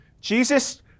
Jesus